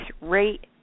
rate